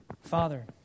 Father